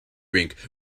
rink